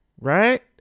right